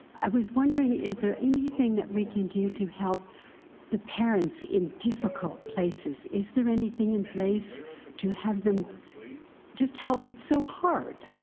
i was wondering is there anything that we can do to help the parents in difficult places? is there anything in place to have them just help? it's so